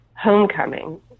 homecoming